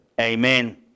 Amen